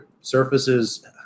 surfaces